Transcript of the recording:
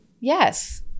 Yes